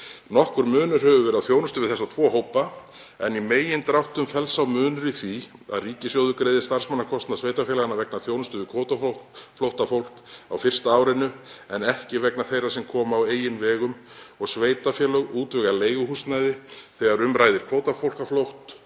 „Nokkur munur hefur verið á þjónustu við þessa tvo hópa en í megindráttum felst sá munur í því að ríkissjóður greiðir starfsmannakostnað sveitarfélaga vegna þjónustu við kvótaflóttafólk á fyrsta árinu en ekki vegna þeirra sem koma á eigin vegum, og sveitarfélög útvega leiguhúsnæði þegar um ræðir kvótaflóttafólk en aðrir